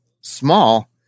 small